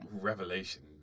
Revelation